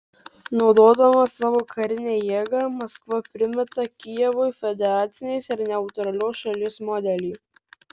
naudodama savo karinę jėgą maskva primeta kijevui federacinės ir neutralios šalies modelį